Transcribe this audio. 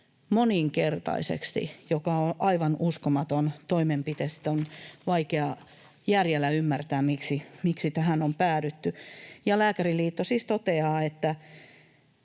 moninkertaiseksi, mikä on aivan uskomaton toimenpide. Sitä on vaikea järjellä ymmärtää, miksi tähän on päädytty. Ja Lääkäriliitto siis toteaa, että